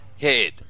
head